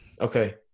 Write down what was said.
Okay